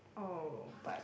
oh but